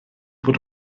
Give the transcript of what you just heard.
bod